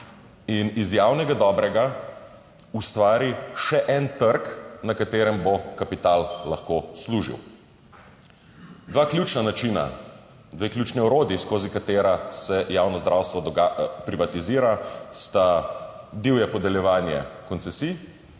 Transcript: in iz javnega dobrega ustvari še en trg, na katerem bo kapital lahko služil. Dva ključna načina, dve ključni orodji, skozi katera se javno zdravstvo privatizira, sta divje podeljevanje koncesij